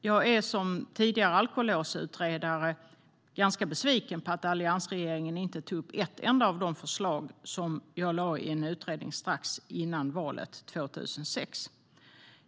Jag är som tidigare alkolåsutredare ganska besviken på att alliansregeringen inte tog ett enda av de förslag som jag lade fram i en utredning strax före valet 2006.